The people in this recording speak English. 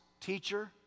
Teacher